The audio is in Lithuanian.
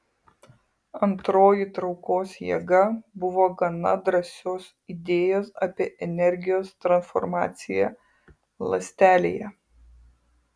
antroji traukos jėga buvo gana drąsios idėjos apie energijos transformaciją ląstelėje